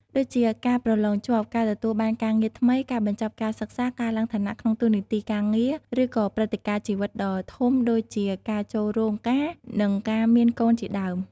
ដូចជាការប្រឡងជាប់ ការទទួលបានការងារថ្មី ការបញ្ចប់ការសិក្សា ការឡើងឋានៈក្នុងតួនាទីការងារ ឬក៏ព្រឹត្តិការណ៍ជីវិតដ៏ធំដូចជាការចូលរោងការ និងការមានកូនជាដើម។